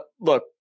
Look